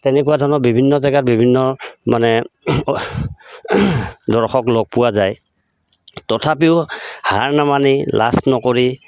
তেনেকুৱা ধৰণৰ বিভিন্ন জেগাত বিভিন্ন মানে দৰ্শক লগ পোৱা যায় তথাপিও হাৰ নামানি লাজ নকৰি